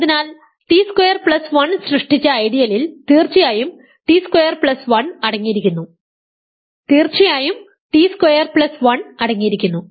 അതിനാൽ T square plus 1 സൃഷ്ടിച്ച ഐഡിയലിൽ തീർച്ചയായും ടി സ്ക്വയർ പ്ലസ് 1 അടങ്ങിയിരിക്കുന്നു തീർച്ചയായും ടി അടങ്ങിയിരിക്കുന്നു സ്ക്വയേർഡ് പ്ലസ് 1